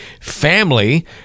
family